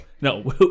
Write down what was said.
no